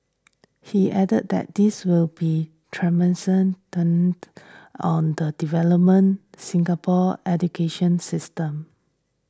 he added that this will be tremendous on the development Singapore's educational system